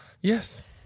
Yes